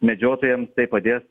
medžiotojams tai padės